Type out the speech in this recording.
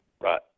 right